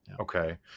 Okay